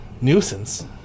Nuisance